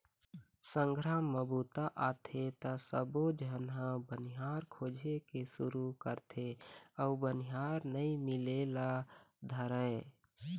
संघरा म बूता आथे त सबोझन ह बनिहार खोजे के सुरू करथे अउ बनिहार नइ मिले ल धरय